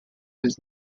his